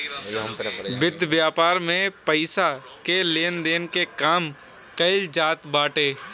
वित्त व्यापार में पईसा के लेन देन के काम कईल जात बाटे